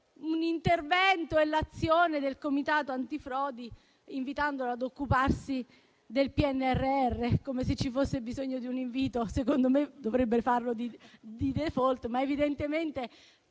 un intervento e l'azione del Comitato antifrodi, invitandolo ad occuparsi del PNRR (come se ci fosse bisogno di un invito: secondo me, dovrebbe farlo di *default*, ma evidentemente,